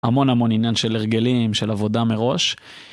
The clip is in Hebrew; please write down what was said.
המון המון עניין של הרגלים של עבודה מראש.